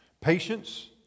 Patience